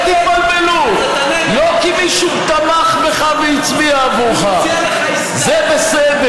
לא בתנאי ולא בעסקאות ולא בשום תרגיל,